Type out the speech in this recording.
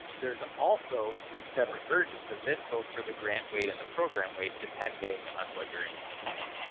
there's also two separate versions of this both for the grant weight and the program weight depending on what you're interested in.